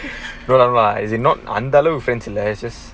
no lah as in not அந்தஅளவு:antha alavu friends இல்ல:illa and there's just